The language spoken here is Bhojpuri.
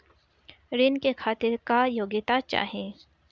ऋण के खातिर क्या योग्यता चाहीं?